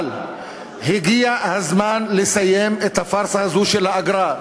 אבל הגיע הזמן לסיים את הפארסה הזאת של האגרה.